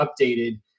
updated